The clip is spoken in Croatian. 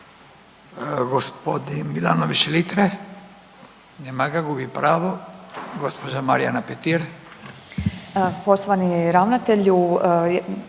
Gospodin Milanović Litre, mada gubi pravo. Gospođa Marijana Petir.